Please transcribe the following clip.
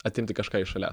atimti kažką iš šalia